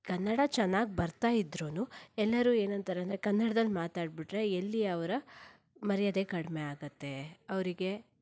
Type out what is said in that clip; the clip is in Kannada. ಕನ್ನಡ ಚೆನ್ನಾಗಿ ಬರ್ತಾ ಇದ್ರೂ ಎಲ್ಲರೂ ಏನಂತಾರಂದರೆ ಕನ್ನಡದಲ್ಲಿ ಮಾತಾಡಿಬಿಟ್ರೆ ಎಲ್ಲಿ ಅವರ ಮರ್ಯಾದೆ ಕಡಿಮೆ ಆಗುತ್ತೆ ಅವರಿಗೆ